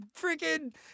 freaking